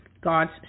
God's